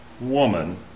woman